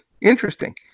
interesting